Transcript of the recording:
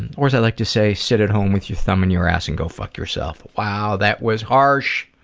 and or, as i like to say, sit at home with your thumb in your ass and go fuck yourself. wow, that was harsh!